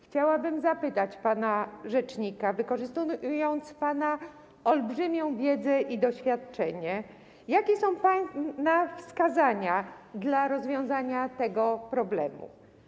Chciałabym zapytać pana rzecznika, wykorzystując pana olbrzymią wiedzę i doświadczenie, jakie są pana wskazania, jeśli chodzi o rozwiązanie tego problemu.